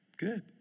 good